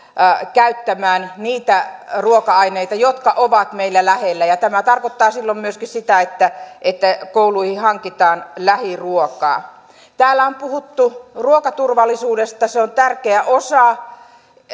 käyttämään niitä ruoka aineita jotka ovat meillä lähellä tämä tarkoittaa silloin myöskin sitä että että kouluihin hankitaan lähiruokaa täällä on puhuttu ruokaturvallisuudesta se on tärkeä osa